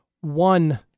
one